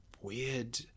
weird